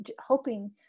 hoping